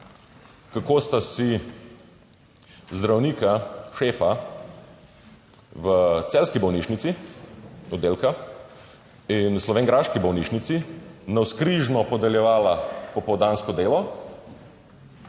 kako sta si zdravnika, šefa v celjski bolnišnici oddelka in slovenjgraški bolnišnici navzkrižno podeljevala popoldansko delo